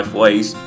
ways